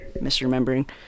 misremembering